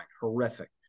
horrific